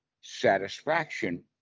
satisfaction